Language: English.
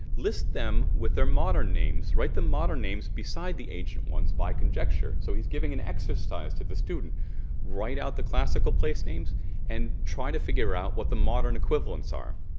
list them with their modern names. write their modern names beside the ancient ones by conjecture. so he's giving an exercise to the student write out the classical place names and try to figure out what the modern equivalents are.